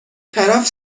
طرف